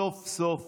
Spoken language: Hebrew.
סוף-סוף